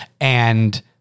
And-